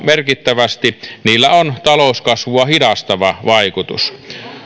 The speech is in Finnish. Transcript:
merkittävästi niillä on talouskasvua hidastava vaikutus